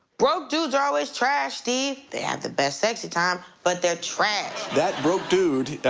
broke dudes are always trash steve. they have the best sexy time, but they're trash. that broke dude, ah,